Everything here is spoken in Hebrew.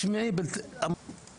המצב היום בלתי נסבל, ויש לזה תופעות.